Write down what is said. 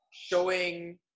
Showing